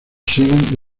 siguen